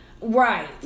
Right